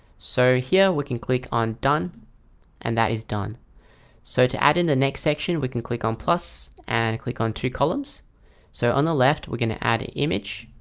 so here we can click on done and that is done so to add in the next section we can click on plus and click on two columns so on the left we're going to add an image.